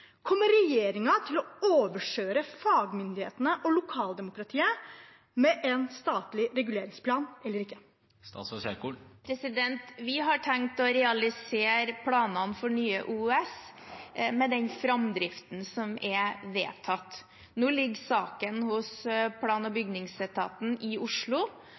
Kommer regjeringen til å overkjøre fagmyndighetene og lokaldemokratiet med en statlig reguleringsplan eller ikke? Vi har tenkt å realisere planene for Nye OUS med den framdriften som er vedtatt. Nå ligger saken hos plan- og bygningsetaten i Oslo,